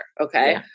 Okay